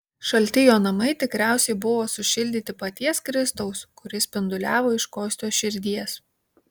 šalti jo namai tikriausiai buvo sušildyti paties kristaus kuris spinduliavo iš kostios širdies